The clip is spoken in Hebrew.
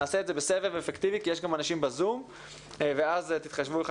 נעשה את זה בסבב אפקטיבי מה גם שיש עוד אנשים ב-זום שרוצים להתייחס.